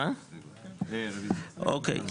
אוקיי.